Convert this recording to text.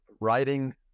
writing